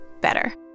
better